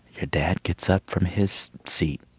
your dad gets up from his seat,